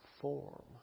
form